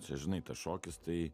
čia žinai tas šokis tai